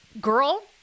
girl